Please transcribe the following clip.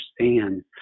understand